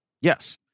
Yes